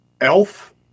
Elf